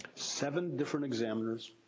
seven different examiners.